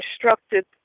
constructed